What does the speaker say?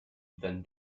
then